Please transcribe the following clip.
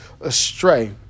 astray